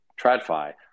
TradFi